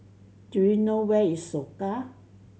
do you know where is Soka